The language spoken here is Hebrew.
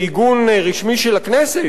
בעיגון רשמי של הכנסת,